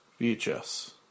VHS